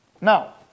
now